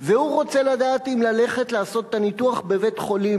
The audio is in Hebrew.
והוא רוצה לדעת אם ללכת לעשות את הניתוח בבית-חולים